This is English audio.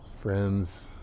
friends